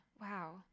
Wow